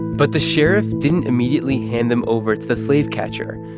but the sheriff didn't immediately hand them over to the slave catcher.